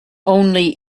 only